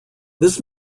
this